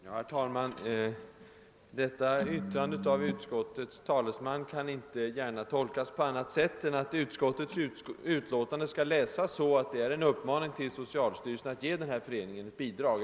Herr talman! Detta yttrande av utskottets talesman kan inte gärna tolkas på annat sätt, än att utskottets utlåtande skall läsas som en uppmaning till socialstyrelsen att ge föreningen bidrag.